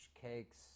cakes